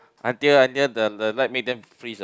until until the the light make them freeze ah